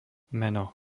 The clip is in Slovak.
meno